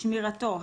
שמירתו,